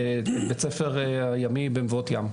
יש בית ספר ימי במבואות ים,